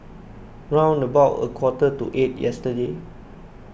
round about a quarter to eight yesterday